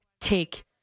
take